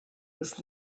was